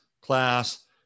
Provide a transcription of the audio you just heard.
class